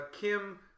kim